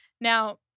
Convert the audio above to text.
Now